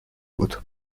بود